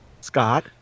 Scott